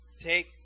Take